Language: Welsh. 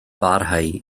barhau